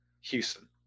Houston